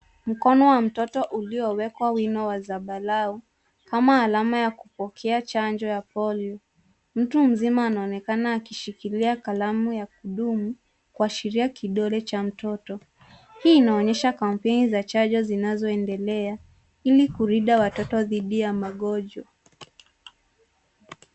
Mkono wa mtoto ulio wekwa wino wa zambarau kama alama ya kupokea chanjo ya polio. Mtu mzima anaonekana akishikilia kalamu ya kudunga kuashiria kidole cha mtoto. Hii inaonyesha kampeni za chanjo zinazoendelea ili kulinda watoto dhidi ya magonjwa.